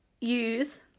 use